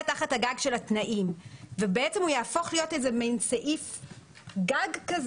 תחת הגג של התנאים הוא יהפוך להיות מעין סעיף גג.